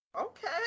Okay